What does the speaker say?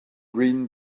green